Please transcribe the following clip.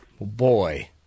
Boy